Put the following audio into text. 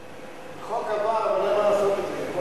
החוק עבר, אבל אין מה לעשות אתו.